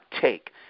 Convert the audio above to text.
take